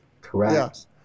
Correct